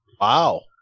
Wow